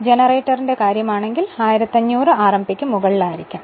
ജനറേറ്ററിന്റെ കാര്യമാണെങ്കിൽ അത് 1500 ആർഎംപിക്ക് മുകളിലായിരിക്കും